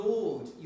Lord